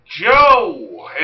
Joe